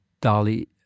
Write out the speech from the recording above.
Dolly